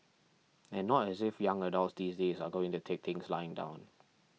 and not as if young adults these days are going to take things lying down